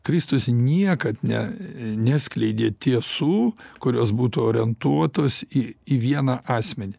kristus niekad ne neskleidė tiesų kurios būtų orientuotos į į vieną asmenį